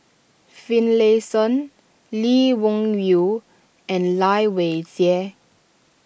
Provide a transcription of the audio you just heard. Finlayson Lee Wung Yew and Lai Weijie